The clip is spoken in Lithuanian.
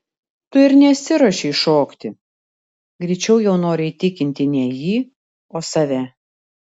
tu ir nesiruošei šokti greičiau jau noriu įtikinti ne jį o save